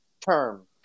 term